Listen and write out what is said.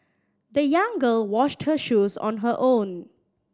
the young girl washed her shoes on her own